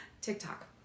TikTok